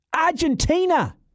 Argentina